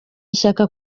ishya